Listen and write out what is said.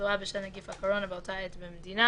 התחלואה בשל נגיף הקורונה באותה עת במדינה